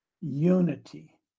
unity